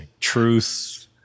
truth